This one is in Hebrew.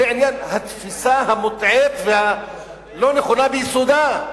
זה עניין התפיסה המוטעית והלא-נכונה ביסודה,